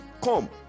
Come